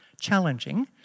challenging